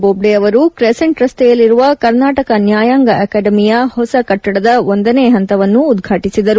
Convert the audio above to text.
ಬೋಬ್ಡೆ ಅವರು ಕ್ರೆಸೆಂಟ್ ರಸ್ತೆಯಲ್ಲಿರುವ ಕರ್ನಾಟಕ ನ್ಲಾಯಾಂಗ ಅಕಾಡಮಿಯ ಹೊಸ ಕಟ್ಟಡದ ಒಂದನೇ ಹಂತವನ್ನು ಉದ್ವಾಟಿಸಿದರು